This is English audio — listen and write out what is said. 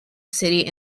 city